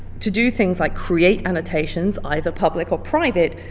to do things like create annotations, either public or private,